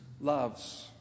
loves